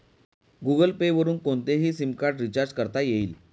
Google Pay वरुन कोणतेही sim card recharge करता येईल